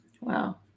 wow